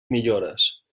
millores